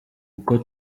kuko